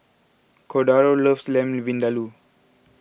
Cordaro loves Lamb Vindaloo